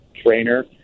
trainer